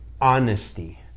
honesty